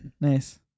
Nice